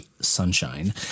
sunshine